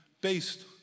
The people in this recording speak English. based